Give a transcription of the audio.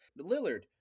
Lillard